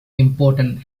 important